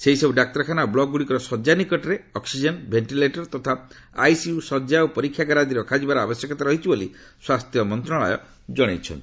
ଏହିସବୁ ଡାକ୍ତରଖାନା ଓ ବ୍ଲକ୍ ଗୁଡ଼ିକର ଶଯ୍ୟା ନିକଟରେ ଅକ୍ନିଜେନ୍ ଭେଷ୍ଟିଲେଟର ତଥା ଆଇସିୟୁ ଶଯ୍ୟା ଓ ପରୀକ୍ଷାଗାର ଆଦି ରଖାଯିବାର ଆବଶ୍ୟକତା ରହିଛି ବୋଲି ସ୍ପାସ୍ଥ୍ୟ ମନ୍ତ୍ରଣାଳୟ କହିଛି